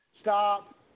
Stop